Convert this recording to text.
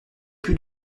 plus